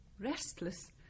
restless